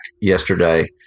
yesterday